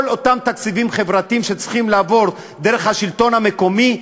כל אותם תקציבים חברתיים שצריכים לעבור דרך השלטון המקומי,